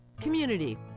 Community